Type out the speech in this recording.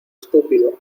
estúpido